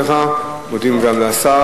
אנחנו מודים לך, מודים גם לשר.